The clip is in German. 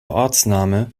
ortsname